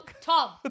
Tom